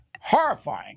horrifying